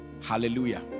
Hallelujah